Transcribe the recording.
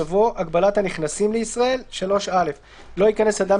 יבוא : "הגבלת הנכנסים לישראל" 3. לא ייכנס אדם